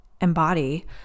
embody